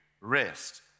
rest